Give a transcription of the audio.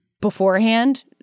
beforehand